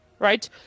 Right